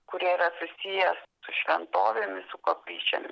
kurie yra susiję su šventovėmis su koplyčiomis